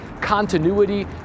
continuity